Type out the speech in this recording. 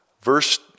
Verse